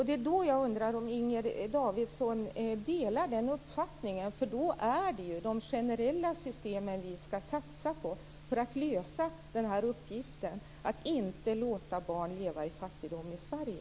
Det är då jag undrar om Inger Davidson delar den uppfattningen. Då är det de generella systemen vi ska satsa på för att lösa uppgiften att inte låta barn leva i fattigdom i Sverige.